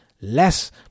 less